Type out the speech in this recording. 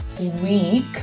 Week